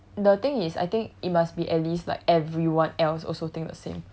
the thing is I think it must be at least like everyone else also think the same